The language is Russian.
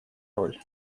роль